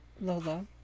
Lola